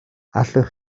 allwch